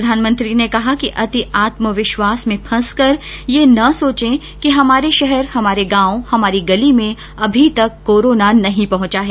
प्रधानमंत्री ने कहा कि अति आत्मविश्वास में फंसकर यह न सोचे कि हमारे शहर हमारे गाँव हमारी गली में अभी तक कोरोना नहीं पहुंचा है